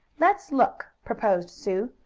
let's look, proposed sue,